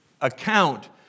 account